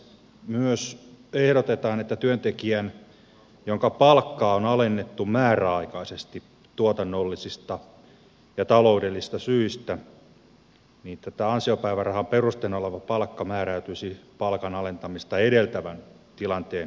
myös ehdotetaan että työntekijän jonka palkkaa on alennettu määräaikaisesti tuotannollisista ja taloudellisista syistä ansiopäivärahan perusteena oleva palkka määräytyisi palkan alentamista edeltävän tilanteen mukaan